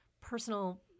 personal